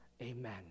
Amen